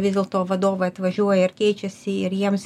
vis dėl to vadovai atvažiuoja ir keičiasi ir jiems